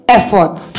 efforts